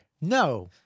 No